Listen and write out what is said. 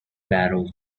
battle